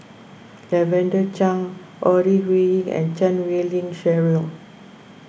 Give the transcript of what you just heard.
Lavender Chang Ore Huiying and Chan Wei Ling Cheryl